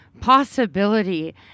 possibility